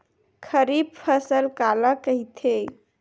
खरीफ फसल काला कहिथे?